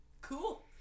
Cool